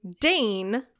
Dane